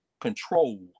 Control